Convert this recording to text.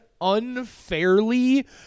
unfairly